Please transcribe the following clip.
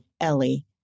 Ellie